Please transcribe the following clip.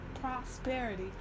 prosperity